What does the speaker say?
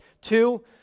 Two